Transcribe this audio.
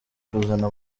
kuzana